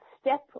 step